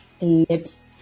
lips